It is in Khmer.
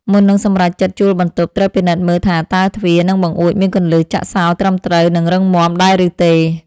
មុននឹងសម្រេចចិត្តជួលបន្ទប់ ត្រូវពិនិត្យមើលថាតើទ្វារ និងបង្អួចមានគន្លឹះចាក់សោត្រឹមត្រូវនិងរឹងមាំដែរឬទេ។